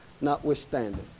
notwithstanding